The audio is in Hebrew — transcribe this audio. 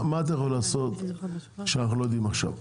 בינינו מה אתה יכול לעשות שאנחנו לא יודעים עכשיו?